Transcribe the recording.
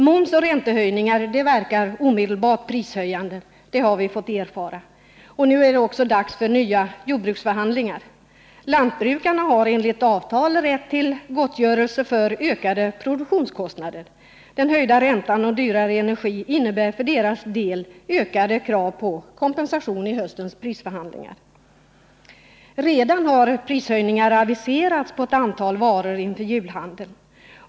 Momsoch räntehöjningar verkar omedelbart prishöjande, vilket vi har fått erfara. Nu är det också dags för nya jordbruksförhandlingar. Lantbrukarna har enligt avtal rätt till gottgörelse för ökade produktionskostnader. Den höjda räntan och den dyrare energin innebär för deras del ökade krav på kompensation i höstens prisförhandlingar. Redan har prishöjningar aviserats på ett antal varor inför julhandeln.